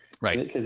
right